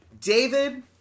David